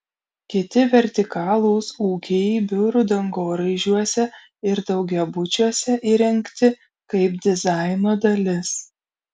kiti vertikalūs ūkiai biurų dangoraižiuose ir daugiabučiuose įrengti kaip dizaino dalis